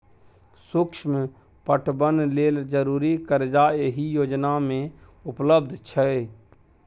सुक्ष्म पटबन लेल जरुरी करजा एहि योजना मे उपलब्ध छै